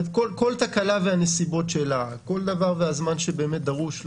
כל דבר והזמן שדרוש לו.